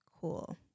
Cool